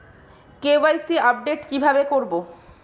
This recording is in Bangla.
কে.ওয়াই.সি আপডেট কি ভাবে করবো?